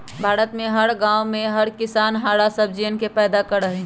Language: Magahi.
भारत में हर गांव में हर किसान हरा सब्जियन के पैदा करा हई